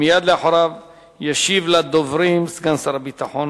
מייד אחריו ישיב לדוברים סגן שר הביטחון,